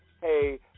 hey